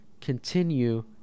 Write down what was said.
continue